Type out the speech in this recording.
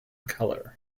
color